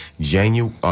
January